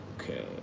Okay